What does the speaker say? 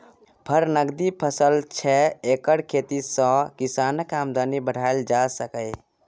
फर नकदी फसल छै एकर खेती सँ किसानक आमदनी बढ़ाएल जा सकैए